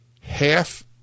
Half